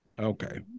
okay